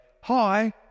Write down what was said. hi